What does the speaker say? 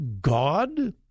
God